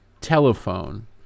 telephone